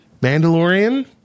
Mandalorian